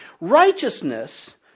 Righteousness